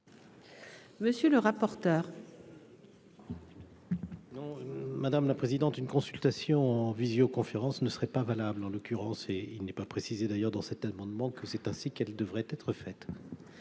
Monsieur le rapporteur. Non, madame la présidente, une consultation en visioconférence ne serait pas valable en l'occurrence, et il n'est pas précisée d'ailleurs dans cette tellement de monde que c'est ainsi qu'elle devrait être faite.